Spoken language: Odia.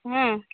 ହଁ